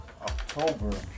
October